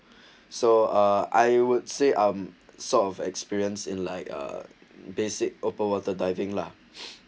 so ah I would say I'm sort of experience in like a basic open water diving lah